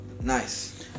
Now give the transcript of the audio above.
Nice